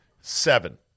Seven